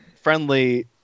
friendly